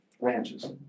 ranches